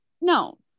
No